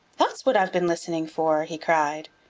that's what i've been listening for! he cried.